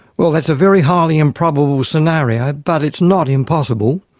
well that's a very highly improbable scenario but it is not impossible.